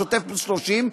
שוטף פלוס 30,